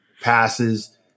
passes